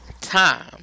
time